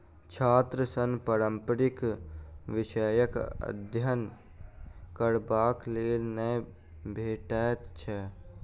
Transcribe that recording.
छात्र ऋण पारंपरिक विषयक अध्ययन करबाक लेल नै भेटैत छै